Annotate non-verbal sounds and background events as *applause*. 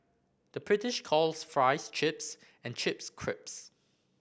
the British calls fries chips and chips *unintelligible*